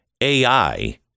AI